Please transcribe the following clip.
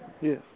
Yes